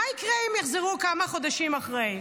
מה יקרה אם יחזרו כמה חודשים אחרי?